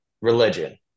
religion